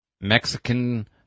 Mexican